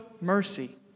mercy